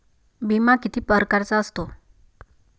बिमा किती परकारचा असतो?